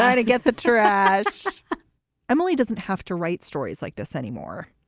yeah to get the trash emily doesn't have to write stories like this anymore.